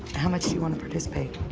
how much do you want to participate?